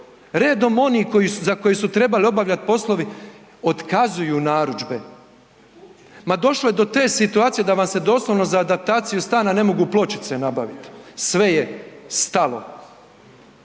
redom oni za koje su trebali obavljat poslove, otkazuju narudžbe. Ma došlo je do te situacije da vam se doslovno za adaptaciju stana ne mogu pločice nabavit, sve je stalo.